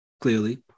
clearly